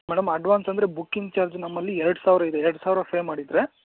madam advance ಅಂದರೆ booking charge ನಮ್ಮಲ್ಲಿ ಎರಡು ಸಾವಿರ ಇದೆ ಎರಡು ಸಾವಿರ ಫೇ ಮಾಡಿದರೆ